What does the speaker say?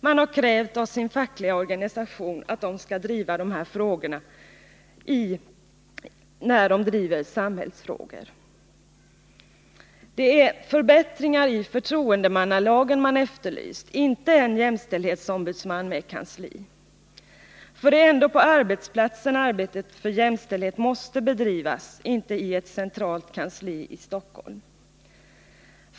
Man har krävt av sina fackliga organisationer att de skall driva dessa frågor i samband med samhällsfrågorna. Det är förbättringar i förtroendemannalagen man efterlyst, inte en jämställdhetsombudsman med kansli. För det är ändå på arbetsplatsen arbetet för jämställdhet måste bedrivas, inte i ett centralt kansli i Stockholm.